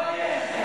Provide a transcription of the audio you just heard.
לא יהיה.